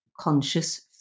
Conscious